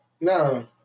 No